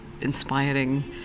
inspiring